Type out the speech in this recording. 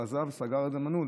הוא עזב, סגר את זה על מנעול.